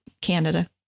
Canada